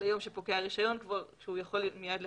ליום בו פוקע הרישיון והוא יכול מיד לחדש.